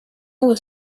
was